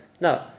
No